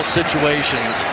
situations